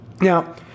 Now